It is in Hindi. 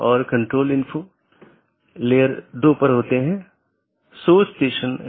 तो यह नेटवर्क लेयर रीचैबिलिटी की जानकारी है